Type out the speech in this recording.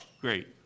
Great